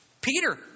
Peter